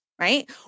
right